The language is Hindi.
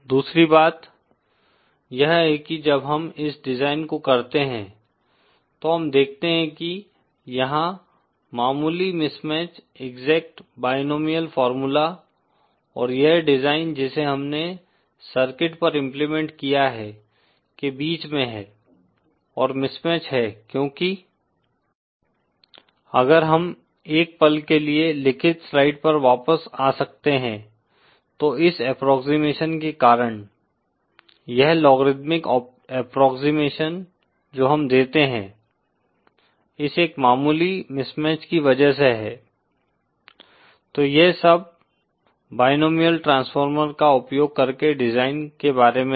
दूसरी बात यह है कि जब हम इस डिज़ाइन को करते हैं तो हम देखते हैं कि यहाँ मामूली मिसमैच एक्सेक्ट बायनोमिअल फार्मूला और यह डिज़ाइन जिसे हमने सर्किट पर इम्प्लीमेंट किया है के बीच में है और मिसमैच है क्योंकि अगर हम एक पल के लिए लिखित स्लाइड पर वापस आ सकते हैं तो इस अप्प्रोक्सिमशन के कारण यह लोगरिथ्मिक अप्प्रोक्सिमशन जो हम देते हैं इस एक मामूली मिसमैच की वजह से है तो यह सब बायनोमिअल ट्रांसफार्मर का उपयोग करके डिजाइन के बारे में था